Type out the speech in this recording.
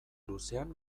luzean